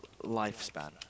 lifespan